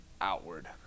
outward